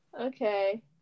Okay